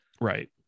right